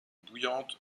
bouillante